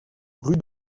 rue